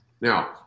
Now